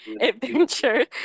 Adventure